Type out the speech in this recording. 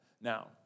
Now